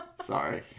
Sorry